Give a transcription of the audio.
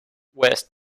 west